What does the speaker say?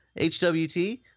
HWT